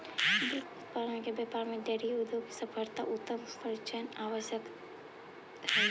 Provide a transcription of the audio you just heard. दुग्ध उत्पादन के व्यापार में डेयरी उद्योग की सफलता में उत्तम पशुचयन आवश्यक हई